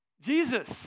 Jesus